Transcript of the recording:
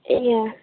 ए अँ